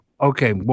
Okay